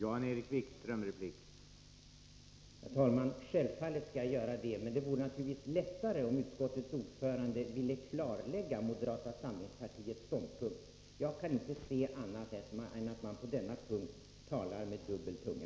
Herr talman! Självfallet skall jag göra det, men det vore naturligtvis lättare om utskottets ordförande ville klarlägga moderata samlingspartiets ståndpunkt. Jag kan inte se annat än att man på denna punkt talar med dubbel tunga.